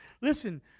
Listen